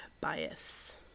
bias